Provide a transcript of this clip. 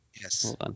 yes